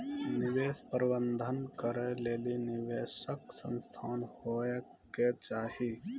निवेश प्रबंधन करै लेली निवेशक संस्थान होय के चाहि